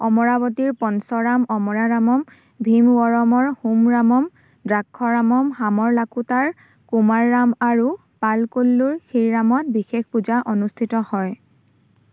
অমৰাৱতীৰ পঞ্চৰাম অমৰাৰামম ভীমৱৰমৰ সোমৰামম দ্ৰাক্ষৰামম সামৰলাকোটাৰ কুমাৰৰাম আৰু পালকোল্লুৰ ক্ষীৰৰামত বিশেষ পূজা আনুষ্ঠিত হয়